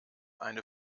eine